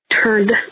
turned